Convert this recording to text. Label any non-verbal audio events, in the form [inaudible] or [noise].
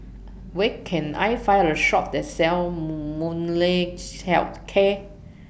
Where Can I Find A Shop that sells [unintelligible] Health Care